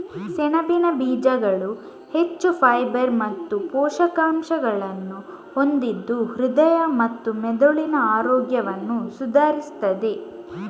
ಸೆಣಬಿನ ಬೀಜಗಳು ಹೆಚ್ಚು ಫೈಬರ್ ಮತ್ತು ಪೋಷಕಾಂಶಗಳನ್ನ ಹೊಂದಿದ್ದು ಹೃದಯ ಮತ್ತೆ ಮೆದುಳಿನ ಆರೋಗ್ಯವನ್ನ ಸುಧಾರಿಸ್ತದೆ